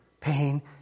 pain